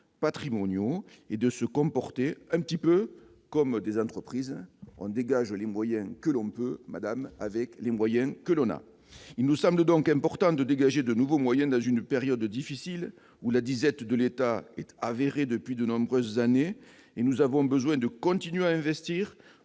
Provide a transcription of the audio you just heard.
patrimoniaux et se comporter un petit peu comme des entreprises. En résumé, on dégage les moyens que l'on peut obtenir avec les moyens dont on dispose ! Il nous semble important de dégager de nouveaux moyens dans une période difficile, où la disette de l'État est avérée depuis de nombreuses années, et nous avons besoin de continuer à investir